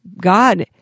God